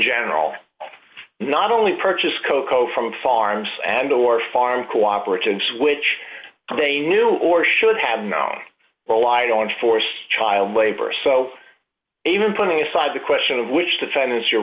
general not only purchased cocoa from farms and or farm cooperate in which they knew or should have known or lied on forced child labor so even putting aside the question of which defendants you're